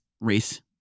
race